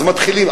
אז מתחילים,